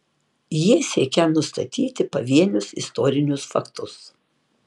jie siekią nustatyti pavienius istorinius faktus